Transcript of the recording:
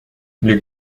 les